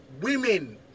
women